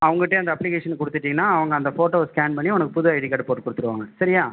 அவங்கட்டயே அந்த அப்ளிகேஷனை கொடுத்துட்டீனா அவங்க அந்த ஃபோட்டோவை ஸ்கேன் பண்ணி உனக்கு புது ஐடி கார்டு போட்டு கொடுத்துடுவாங்க சரியா